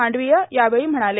मांडवीय यावेळी म्हणाले